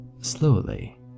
slowly